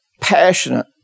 passionate